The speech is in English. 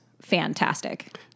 fantastic